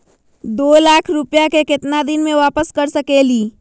दो लाख रुपया के केतना दिन में वापस कर सकेली?